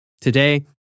Today